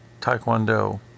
Taekwondo